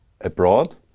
abroad